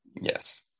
Yes